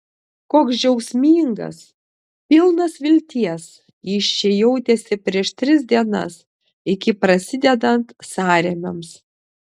koks džiaugsmingas pilnas vilties jis čia jautėsi prieš tris dienas iki prasidedant sąrėmiams